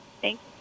Thanks